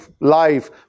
life